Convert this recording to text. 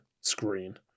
screen